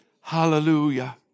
Hallelujah